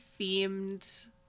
themed